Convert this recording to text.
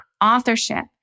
authorship